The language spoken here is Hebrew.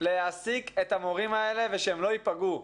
מתחייב להעסיק את המורים האלה ושהם לא ייפגעו,